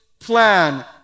plan